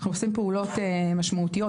אנחנו עושים פעולות משמעותיות,